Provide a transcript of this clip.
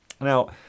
Now